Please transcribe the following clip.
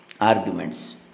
arguments